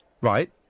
Right